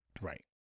right